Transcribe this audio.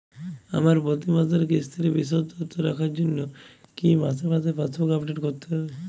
আমার প্রতি মাসের কিস্তির বিশদ তথ্য রাখার জন্য কি মাসে মাসে পাসবুক আপডেট করতে হবে?